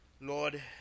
Lord